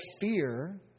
fear